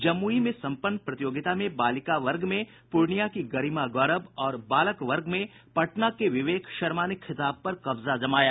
जमुई में सम्पन्न प्रतियोगिता में बालिका वर्ग में पूर्णियां की गरिमा गौरव और बालक वर्ग में पटना के विवेक शर्मा ने खिताब पर कब्जा जमाया